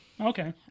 Okay